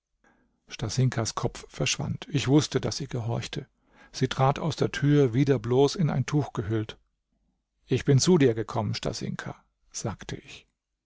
stasinkas kopf verschwand ich wußte daß sie gehorchte sie trat aus der tür wieder bloß in ein tuch gehüllt ich bin zu dir gekommen stasinka sagte ich